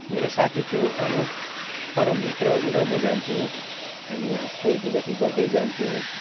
मेरो साथी थियो अनुप परम मित्र ऊ र म जान्थ्यौँ हामी हाँस्दै दिल्लगी गर्दै जान्थ्यौँ